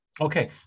Okay